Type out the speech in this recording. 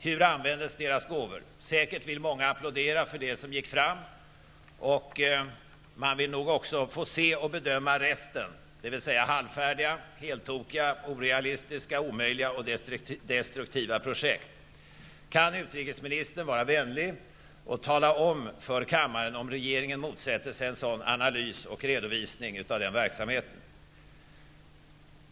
Hur används deras gåvor? Säkert vill många applådera för det som gick fram, men man vill nog också få se och bedöma resten, dvs. halvfärdiga, heltokiga, orealistiska, omöjliga och destruktiva projekt. Kan utrikesministern vara vänlig och tala om för kammaren om regeringen motsätter sig en sådan analys och redovisning av den verksamheten?